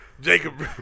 Jacob